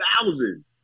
thousand